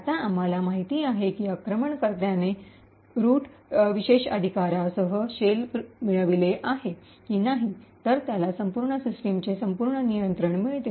आता आम्हाला माहिती आहे की आक्रमणकर्त्याने मूळ रूट root विशेषाधिकारांसह शेल मिळविला आहे की नाही तर त्याला संपूर्ण सिस्टमचे संपूर्ण नियंत्रण मिळते